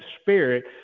spirit